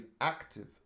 active